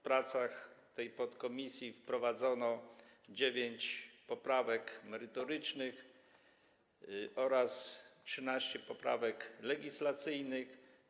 Podczas prac tej podkomisji wprowadzono dziewięć poprawek merytorycznych oraz 13 poprawek legislacyjnych.